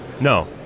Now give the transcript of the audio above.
No